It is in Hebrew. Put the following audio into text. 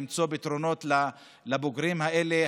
כדי למצוא פתרונות לבוגרים האלה.